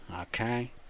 okay